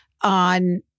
on